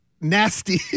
nasty